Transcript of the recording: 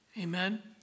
Amen